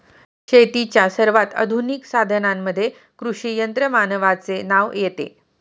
शेतीच्या सर्वात आधुनिक साधनांमध्ये कृषी यंत्रमानवाचे नाव येते